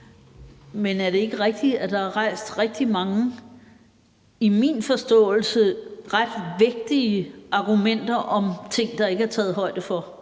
Men er det ikke rigtigt, at der er rejst rigtig mange, i min forståelse, ret vigtige argumenter om ting, der ikke er taget højde for?